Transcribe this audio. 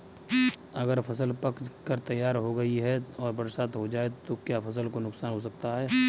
अगर फसल पक कर तैयार हो गई है और बरसात हो जाए तो क्या फसल को नुकसान हो सकता है?